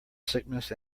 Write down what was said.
sickness